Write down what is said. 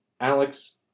Alex